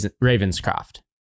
Ravenscroft